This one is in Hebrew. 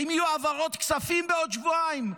האם יהיו העברות כספים בעוד שבועיים?